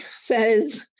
says